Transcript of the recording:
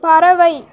பறவை